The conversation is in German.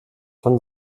von